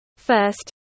First